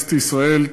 מכנסת ישראל,